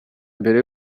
mbere